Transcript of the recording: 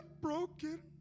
broken